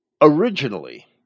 Originally